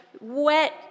wet